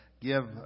give